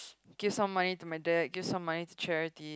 give some money to my dad give some money to charity